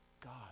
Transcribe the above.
God